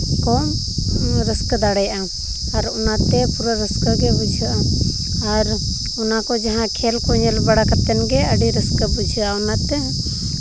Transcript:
ᱠᱚ ᱨᱟᱹᱥᱠᱟᱹ ᱫᱟᱲᱮᱭᱟᱜᱼᱟ ᱟᱨ ᱚᱱᱟᱛᱮ ᱯᱩᱨᱟᱹ ᱨᱟᱹᱥᱠᱟᱹ ᱜᱮ ᱵᱩᱡᱷᱟᱹᱜᱼᱟ ᱟᱨ ᱚᱱᱟ ᱠᱚ ᱡᱟᱦᱟᱸ ᱠᱷᱮᱞ ᱠᱚ ᱧᱮᱞ ᱵᱟᱲᱟ ᱠᱟᱛᱮ ᱜᱮ ᱟᱹᱰᱤ ᱨᱟᱹᱥᱠᱟᱹ ᱵᱩᱡᱷᱟᱹᱜᱼᱟ ᱚᱱᱟᱛᱮ